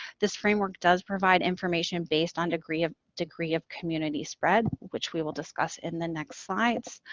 this framework does provide information based on degree of degree of community spread, which we will discuss in the next slides,